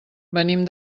venim